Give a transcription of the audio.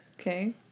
Okay